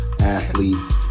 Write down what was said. athlete